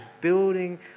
building